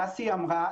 כמו שדסי אמרה,